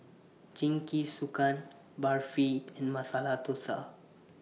Jingisukan Barfi and Masala Dosa